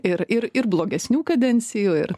ir ir ir blogesnių kadencijų ir